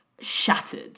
shattered